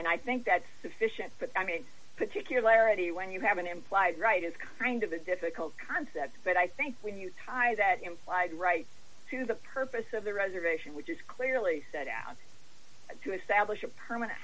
and i think that's sufficient but i mean particularity when you have an implied right is kind of a difficult concept but i think when you tie that implied rights to the purpose of the reservation which is clearly set out to establish a permanent